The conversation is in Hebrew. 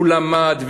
והוא למד,